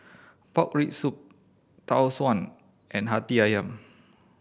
pork rib soup Tau Suan and Hati Ayam